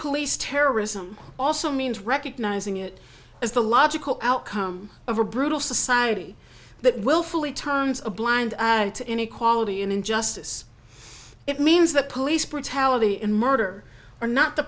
police terrorism also means recognizing it is the logical outcome of a brutal society that willfully tons of blind to inequality and injustice it means that police brutality and murder are not the